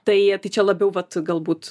tai tai čia labiau vat galbūt